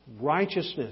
Righteousness